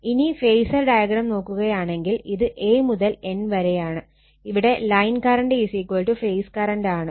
ഇനി phasor diagram നോക്കുകയാണെങ്കിൽ ഇത് A മുതൽ N വരെയാണ് ഇവിടെ ലൈൻ കറണ്ട് ഫേസ് കറണ്ട് ആണ്